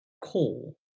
call